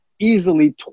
easily